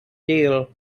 deal